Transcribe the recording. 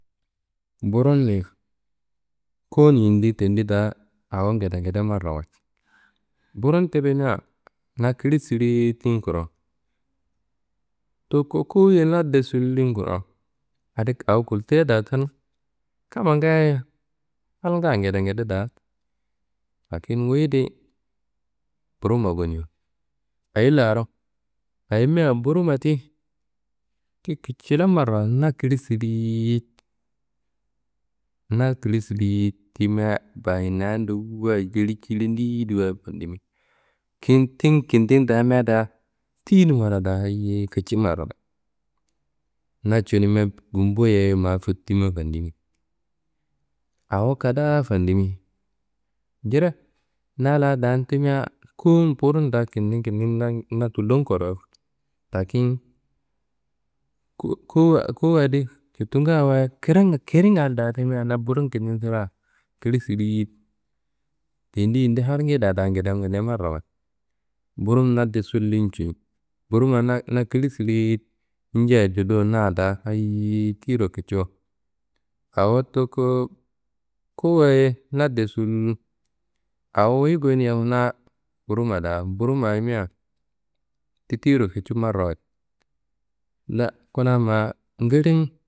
Burunniyi kowun yindi tendi da awo ngedengede marrawayit. Burun ti rimia na kili siriyiti n kuro, toko kowuye na de sul- nun kuro. Adi awo gulteye da tenu. Kamma ngaaye halnga ngedengede da, lakin wuyi di burumma goniwo ayi laro ayimia burumma ti, ti kicila marrawayit na kili siliyit. Na kili siliyit timia bahimmáa ndowu wayi jili jili ndeyedu wayi fandimi. Tin kintin damia da tiyinummaro da hayiyi kici marrawayit. Na cunimia gumbuye ma futtimia fandimi, awo kadaa fandimi, jire na lan dan timia kowu n buru nda kindin kindin na tullo korowo lakin ko- kowu adi cuttunga wayi kiri kiringa da rimia na burun kintin sirea kili siriyit. Tendi yindi halngedea da ngedengede marrawayit. Burun na de sullin ciyi, burumma na kili siliyit injia juduwo na da hayiyi tiyiro kiciwo awo toko kowuwaye na de sul. Awo wuyi gonia na burumma da. Burumma ayimia ti tiyiro kici marrawayit. kuna ma ngilin.